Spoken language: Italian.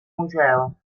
museo